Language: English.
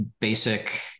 basic